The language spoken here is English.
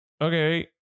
Okay